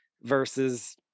versus